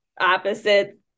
opposite